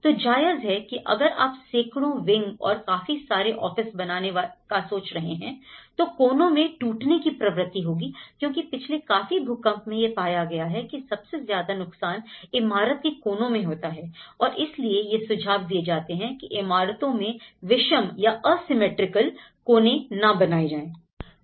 तो जायज है कि अगर आप सैकड़ों विंग्स और काफी सारे ऑफिस बनाने का सोच रहे हैं तो कोनों में टूटने की प्रवृत्ति होगी क्योंकि पिछले काफी भूकंप में यह पाया गया है कि सबसे ज्यादा नुकसान इमारत के कोनों में ही होता है और इसलिए यह सुझाव दिया जाता है की इमारतों में विषम या असिमिट्रिकल कोने ना बनाए जाएं